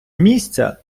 місця